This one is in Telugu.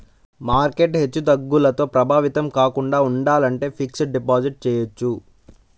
మార్కెట్ హెచ్చుతగ్గులతో ప్రభావితం కాకుండా ఉండాలంటే ఫిక్స్డ్ డిపాజిట్ చెయ్యొచ్చు